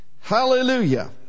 Hallelujah